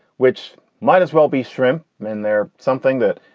which might as well be shrimp in there, something that,